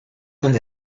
that